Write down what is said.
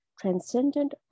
transcendent